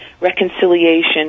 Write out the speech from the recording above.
reconciliation